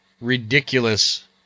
ridiculous